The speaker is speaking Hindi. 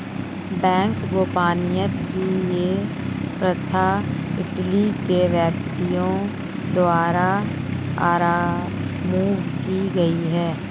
बैंक गोपनीयता की यह प्रथा इटली के व्यापारियों द्वारा आरम्भ की गयी थी